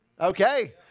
okay